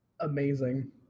Amazing